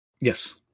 Yes